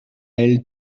elle